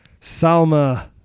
Salma